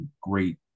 great